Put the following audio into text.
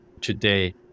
today